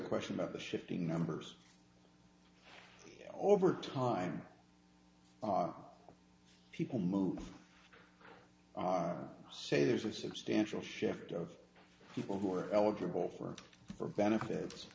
no question about the shifting numbers over time people move say there's a substantial shift of people who are eligible for benefits